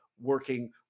working